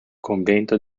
convento